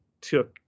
took